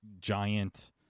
giant